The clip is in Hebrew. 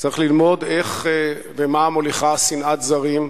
צריך ללמוד איך ומה מוליכה שנאת זרים.